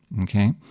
Okay